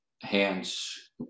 hands